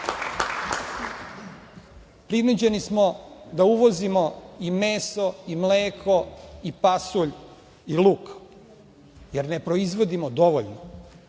gora. Prinuđeni smo da uvozimo i meso, i mleko, i pasulj i luk, jer ne proizvodimo dovoljno